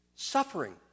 suffering